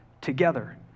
together